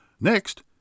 Next